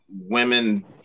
women